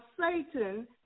Satan